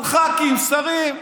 על ח"כים, שרים.